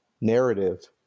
narrative